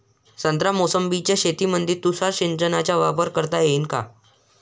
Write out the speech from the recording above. संत्रा मोसंबीच्या शेतामंदी तुषार सिंचनचा वापर करता येईन का?